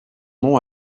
nom